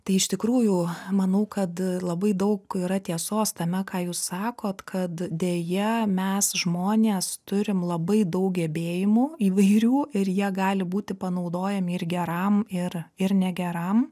tai iš tikrųjų manau kad labai daug yra tiesos tame ką jūs sakot kad deja mes žmonės turim labai daug gebėjimų įvairių ir jie gali būti panaudojami ir geram ir ir negeram